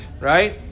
right